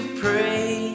pray